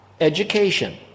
education